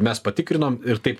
mes patikrinom ir taip